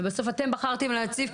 ובסוף אתם בחרתם להציף אותם,